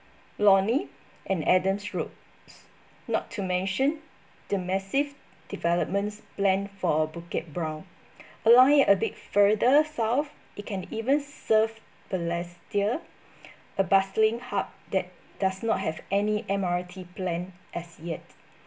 lornie and adams roads not to mention the massive developments planned for bukit brown allowing a bit further south it can even serve balestier a bustling hub that does not have any M_R_T plan as yet